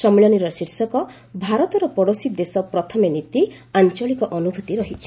ସମ୍ମିଳନୀର ଶୀର୍ଷକ 'ଭାରତର ପଡ଼ୋଶୀ ଦେଶ ପ୍ରଥମେ ନୀତି ଆଞ୍ଚଳିକ ଅନୁଭ୍ତି' ରହିଛି